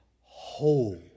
whole